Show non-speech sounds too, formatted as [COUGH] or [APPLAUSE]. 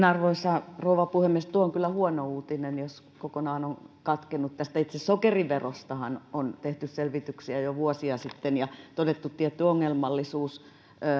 [UNINTELLIGIBLE] arvoisa rouva puhemies tuo on kyllä huono uutinen jos valmistelu kokonaan on katkennut tästä itse sokeriverostahan on tehty selvityksiä jo vuosia sitten ja todettu tietty ongelmallisuus